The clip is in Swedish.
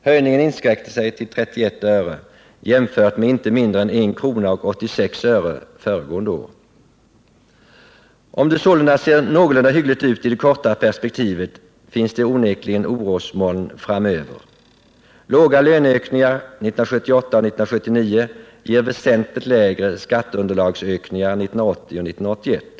Höjningen inskränkte sig till 31 öre jämfört med 1:86 kr. föregående år. Om det sålunda ser någorlunda hyggligt ut i det korta perspektivet, finns det onekligen orosmoln framöver. Små löneökningar 1978 och 1979 ger väsentligt lägre skatteunderlagsökningar 1980 och 1981.